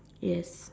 yes